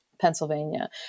pennsylvania